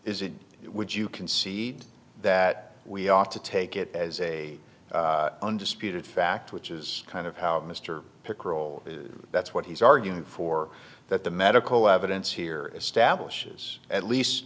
is it would you concede that we ought to take it as a undisputed fact which is kind of how mr pickerel that's what he's arguing for that the medical evidence here establishes at least